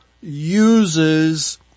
uses